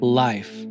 life